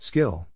Skill